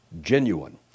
genuine